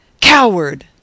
Coward